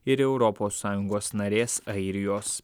ir europos sąjungos narės airijos